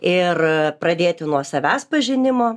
ir pradėti nuo savęs pažinimo